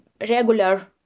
regular